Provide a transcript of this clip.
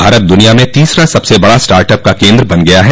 भारत दुनिया में तीसरा सबस बड़ा स्टार्ट अप का केन्द्र बन गया है